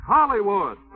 Hollywood